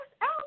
out